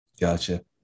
Gotcha